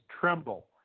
tremble